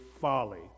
folly